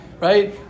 Right